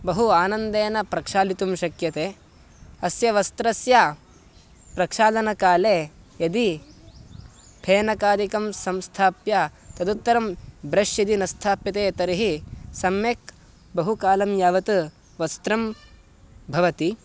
बहु आनन्देन प्रक्षालितुं शक्यते अस्य वस्त्रस्य प्रक्षालनकाले यदि फेनकादिकं संस्थाप्य तदुत्तरं ब्रश् यदि न स्थाप्यते तर्हि सम्यक् बहुकालं यावत् वस्त्रं भवति